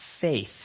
faith